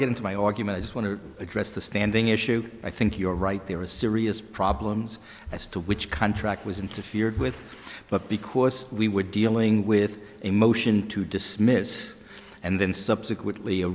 get into my argument i just want to address the standing issue i think you're right there are serious problems as to which contract was interfered with but because we were dealing with a motion to dismiss and then subsequently a